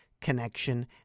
connection